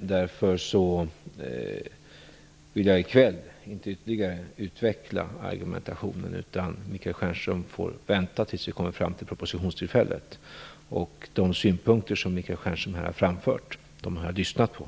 Därför vill jag i kväll inte ytterligare utveckla argumentationen. Michael Stjernström får vänta tills vi kommer fram till propositionstillfället. De synpunkter som Michael Stjernström här har framfört har jag lyssnat på.